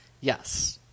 Yes